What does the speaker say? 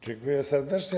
Dziękuję serdecznie.